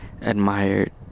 admired